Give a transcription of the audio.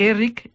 Eric